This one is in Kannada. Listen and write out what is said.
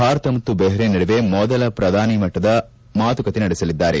ಭಾರತ ಮತ್ತು ಬೆಹ್ರೇನ್ ನಡುವೆ ಮೊದಲ ಪ್ರಧಾನಮಂತ್ರಿಗಳ ಮಟ್ಲದ ಮಾತುಕತೆ ನಡೆಸಲಿದ್ದಾರೆ